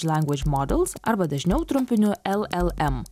language models arba dažniau trumpiniu llm